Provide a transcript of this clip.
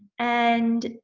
and,